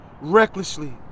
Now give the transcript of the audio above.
recklessly